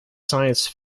science